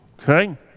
Okay